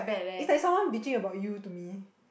it's like someone bitching about you to me